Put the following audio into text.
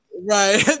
Right